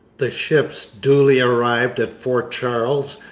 the ships duly arrived at fort charles,